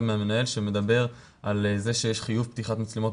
מהמנהל שמדבר על כך שיש חיוב פתיחת מצלמה,